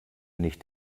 nicht